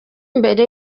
mbere